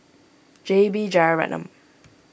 J B Jeyaretnam